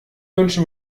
wünsche